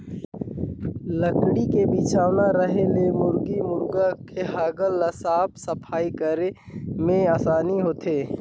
लकरी के बिछौना रहें ले मुरगी मुरगा के हगल ल साफ सफई करे में आसानी होथे